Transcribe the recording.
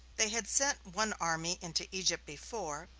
they had sent one army into egypt before,